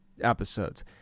Episodes